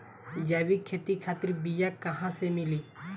जैविक खेती खातिर बीया कहाँसे मिली?